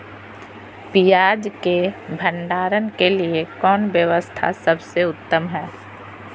पियाज़ के भंडारण के लिए कौन व्यवस्था सबसे उत्तम है?